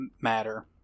matter